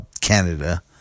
Canada